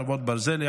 חרבות ברזל),